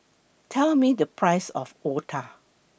Tell Me The Price of Otah